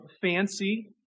fancy